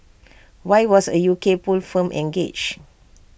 why was A U K poll firm engaged